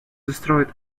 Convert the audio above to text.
destroyed